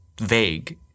vague